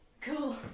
Cool